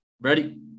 Ready